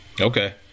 okay